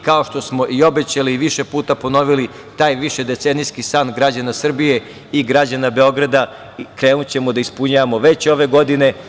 Kao što smo obećali i više puta ponovili, taj višedecenijski san građana Srbije i građana Beograda krenućemo da ispunjavamo već ove godine.